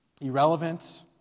irrelevant